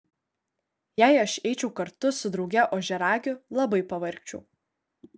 jei aš eičiau kartu su drauge ožiaragiu labai pavargčiau